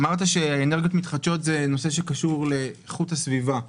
אמרת שאנרגיות מתחדשות זה נושא שקשור לאיכות הסביבה.